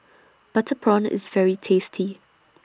Butter Prawn IS very tasty